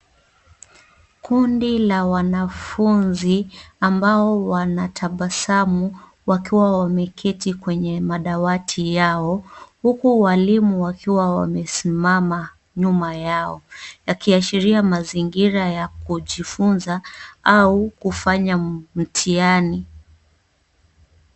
Kundi la wanafunzi ambao wanatabasamu wakiwa wameketi kwenye madawati yao ,huku walimu wakiwa wamesimama nyuma yao ,yakiashiria mazingira ya kujifunza au kufanya mtihani .